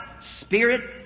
spirit